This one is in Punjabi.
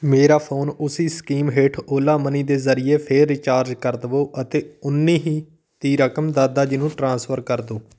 ਮੇਰਾ ਫੋਨ ਉਸੀ ਸਕੀਮ ਹੇਠ ਓਲਾ ਮਨੀ ਦੇ ਜ਼ਰੀਏ ਫੇਰ ਰਿਚਾਰਜ ਕਰ ਦਵੋ ਅਤੇ ਉੱਨੀ ਹੀ ਦੀ ਰਕਮ ਦਾਦਾ ਜੀ ਨੂੰ ਟ੍ਰਾਂਸਫਰ ਕਰ ਦਿਓ